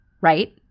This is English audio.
right